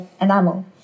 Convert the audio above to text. enamel